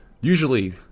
usually